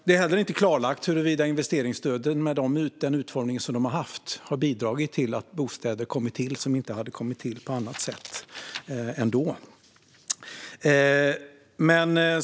Det är inte klarlagt huruvida investeringsstöden, med den utformning som de har haft, har bidragit till att bostäder har tillkommit som inte hade kommit till ändå på annat sätt.